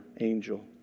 angel